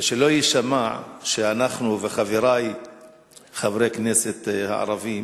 ושלא יישמע שאני וחברי חברי הכנסת הערבים